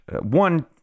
One